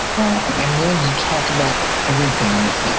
i'm willing to talk about everything with them.